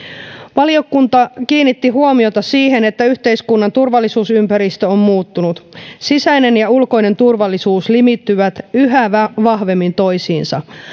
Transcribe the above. valiokunta kiinnitti huomiota siihen että yhteiskunnan turvallisuusympäristö on muuttunut sisäinen ja ulkoinen turvallisuus limittyvät yhä vahvemmin toisiinsa